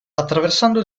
attraversando